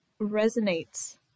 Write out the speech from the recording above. resonates